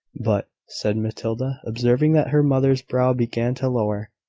but, said matilda, observing that her mother's brow began to lower,